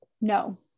no